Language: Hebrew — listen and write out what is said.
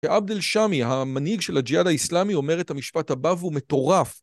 שעבדל שמי, המנהיג של הג'יהאד האיסלאמי, אומר את המשפט הבא והוא מטורף.